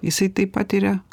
jisai taip patiria